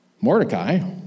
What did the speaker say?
Mordecai